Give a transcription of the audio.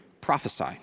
prophesy